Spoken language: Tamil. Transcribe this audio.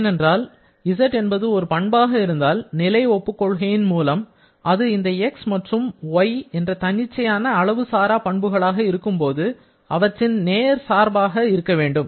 ஏனென்றால் z ஒரு பண்பாக இருந்தால் நிலை ஒப்புக் கொள்கையின் மூலம் அது இந்த x மற்றும் y தன்னிச்சையான அளவு சாரா பண்புகளாக இருக்கும் போது அவற்றின் நேர் சார்பாக இருக்க வேண்டும்